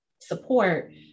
support